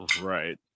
Right